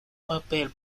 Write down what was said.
papel